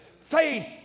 Faith